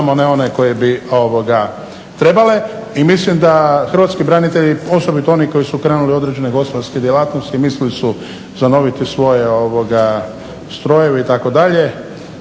samo ne one koje bi trebale. I mislim da hrvatski branitelji, osobito oni koji su krenuli u određene gospodarske djelatnosti mislili su zanoviti svoje strojeve itd.,